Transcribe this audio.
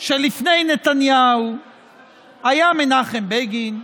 שלפני נתניהו היה מנחם בגין,